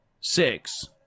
Six